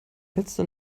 letzte